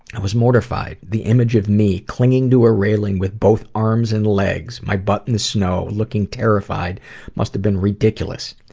i was mortified. the image of me clinging to a railing with both arms and legs, my butt in the snow, looking terrified must have been ridiculous.